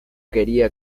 quería